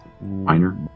minor